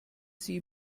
sie